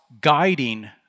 guiding